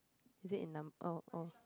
is it in number oh oh